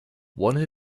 one